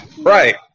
Right